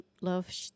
Love